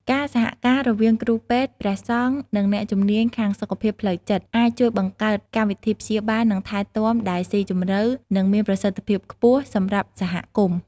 ការសហការរវាងគ្រូពេទ្យ ព្រះសង្ឃ និងអ្នកជំនាញខាងសុខភាពផ្លូវចិត្ត អាចជួយបង្កើតកម្មវិធីព្យាបាល និងថែទាំដែលស៊ីជម្រៅ និងមានប្រសិទ្ធភាពខ្ពស់សម្រាប់សហគមន៍។